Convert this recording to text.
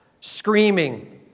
screaming